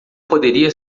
poderia